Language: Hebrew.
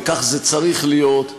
וכך זה צריך להיות,